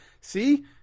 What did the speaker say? see